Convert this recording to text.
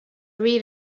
real